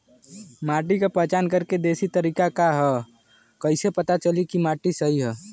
माटी क पहचान करके देशी तरीका का ह कईसे पता चली कि माटी सही ह?